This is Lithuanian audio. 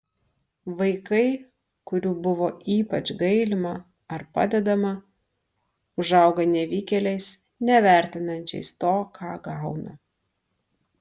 vaikai kurių buvo ypač gailima ar padedama užauga nevykėliais nevertinančiais to ką gauna